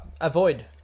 Avoid